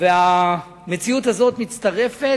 המציאות הזאת מצטרפת